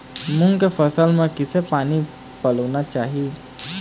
मूंग के फसल म किसे पानी पलोना चाही?